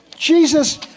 Jesus